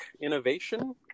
Innovation